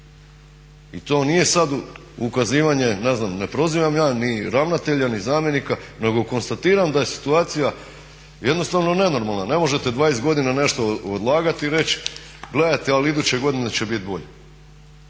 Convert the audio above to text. I to nije sad ukazivanje, ne znam, ne prozivam ja ni ravnatelja ni zamjenika nego konstatiram da je situacija jednostavno nenormalna. Ne možete 20 godina nešto odlagati i reći gledajte ali iduće godine će biti bolje.